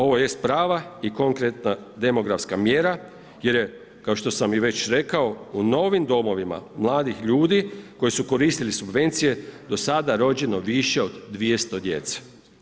Ovo jest prava i konkretna demografska mjera jer je kao što sam već i rekao u novim domovima mladih ljudi koji su koristili subvencije do sada rođeno više od 200 djece.